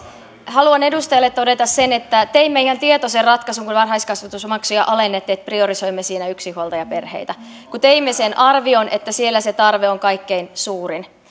haluan edustajalle todeta sen että teimme ihan tietoisen ratkaisun kun varhaiskasvatusmaksuja alennettiin ja priorisoimme siinä yksinhuoltajaperheitä koska teimme sen arvion että siellä se tarve on kaikkein suurin